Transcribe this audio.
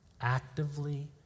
actively